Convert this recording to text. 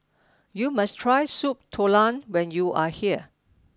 you must try soup Tulang when you are here